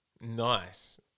Nice